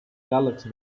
galaxy